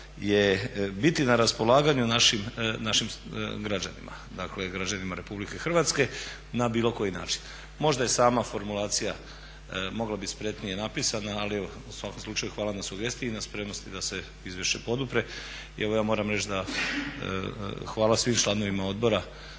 je biti na raspolaganju našim građanima, dakle građanima RH na bilo koji način. Možda je sama formulacija mogla biti spretnije napisana ali evo u svakom slučaju hvala na sugestiji i na spremnosti da se izvješće podupre. I evo ja moram reći da hvala svim članovima odbora